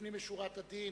לפנים משורת הדין,